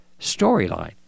storyline